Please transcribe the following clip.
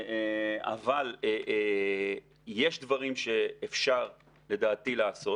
אבל יש דברים שאפשר לדעתי לעשות,